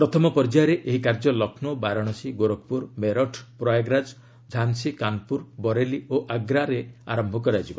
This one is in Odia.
ପ୍ରଥମ ପର୍ଯ୍ୟାୟରେ ଏହି କାର୍ଯ୍ୟ ଲକ୍ଷ୍ନୌ ବାରାଣସୀ ଗୋରଖପୁର ମେରଠପ୍ରୟାଗରାଜ ଝାନ୍ନୀ କାନପୁର ବରେଲି ଓ ଆଗ୍ରା ଜିଲ୍ଲାରେ ଆରମ୍ଭ କରାଯିବ